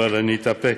אבל אני אתאפק,